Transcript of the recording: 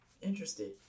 Interesting